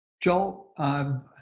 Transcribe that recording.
Joel